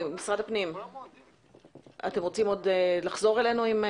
משרד הפנים, אתם רוצים עוד לחזור אלינו?